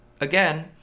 again